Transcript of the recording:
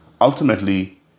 Ultimately